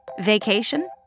Vacation